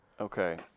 Okay